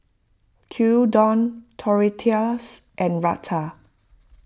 Gyudon Tortillas and Raita